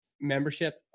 membership